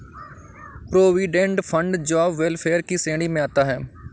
provident fund job welfare की श्रेणी में आता है